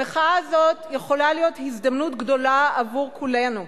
המחאה הזאת יכולה להיות הזדמנות גדולה עבור כולנו,